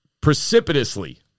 precipitously